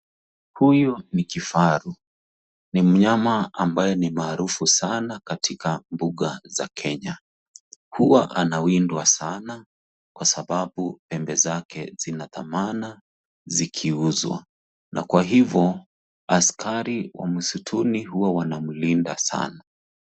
Huyu ni kifaru, ni mnyama ambaye ni maarufu na katika mbuga za Kenya. Huwa anawindwa sana kwa sababu pembe zake zina dhamana zikiuzwa na kwa hivyo askari wa msituni huwa wanamlinda sana.